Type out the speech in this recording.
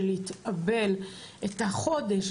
של להתאבל את החודש,